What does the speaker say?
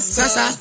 sasa